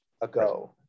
ago